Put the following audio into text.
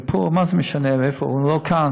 סינגפור, מה זה משנה איפה הוא, הוא לא כאן.